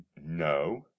no